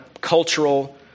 cultural